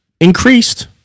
increased